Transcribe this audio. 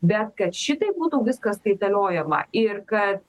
bet kad šitaip būtų viskas kaitaliojama ir kad